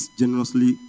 generously